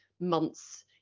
months